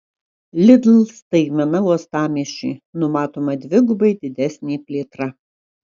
lidl staigmena uostamiesčiui numatoma dvigubai didesnė plėtra